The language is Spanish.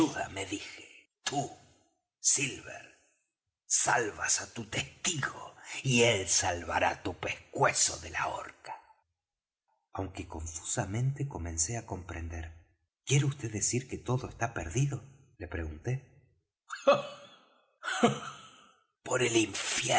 me dije tú silver salvas á tu testigo y él salvará tu pescuezo de la horca aunque confusamente comencé á comprender quiere vd decir que todo está perdido le pregunté ah por el infierno